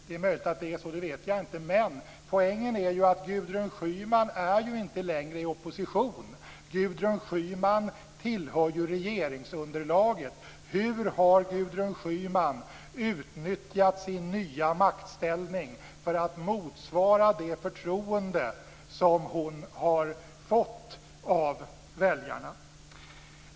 Det är möjligt att det är så, det vet jag inte. Men poängen är att Gudrun Schyman inte längre är i opposition. Gudrun Schyman tillhör ju regeringsunderlaget. Hur har Gudrun Schyman utnyttjat sin nya maktställning för att motsvara det förtroende som hon har fått av väljarna?